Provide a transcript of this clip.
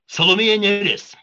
salomėja nėris